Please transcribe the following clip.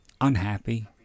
Unhappy